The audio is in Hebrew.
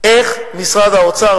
איך משרד האוצר,